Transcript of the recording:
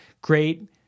Great